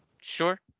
sure